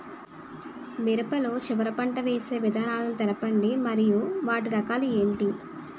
మిరప లో చివర పంట వేసి విధానాలను తెలపండి మరియు వాటి రకాలు ఏంటి